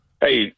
Hey